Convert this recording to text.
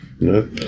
No